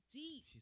deep